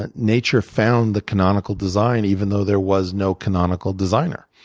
and nature found the canonical design even though there was no canonical designer.